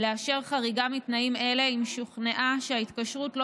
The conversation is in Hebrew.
לאשר חריגה מתנאים אלה אם שוכנעה שההתקשרות לא